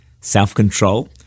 self-control